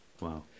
Wow